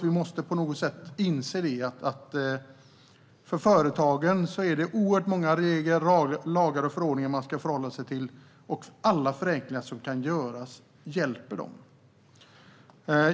Vi måste inse att det är oerhört många regler, lagar och förordningar som företagen ska förhålla sig till och att alla förenklingar som kan göras hjälper dem.